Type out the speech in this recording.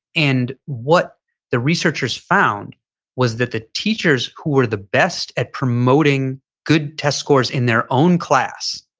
and what the researchers found was that the teachers, who are the best at promoting good test scores in their own class,